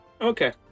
Okay